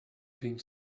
being